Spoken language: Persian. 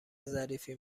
ظریفی